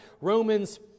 Romans